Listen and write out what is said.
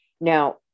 Now